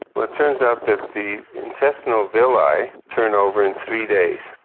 but it turns out that the intestinal villi turn over in three days,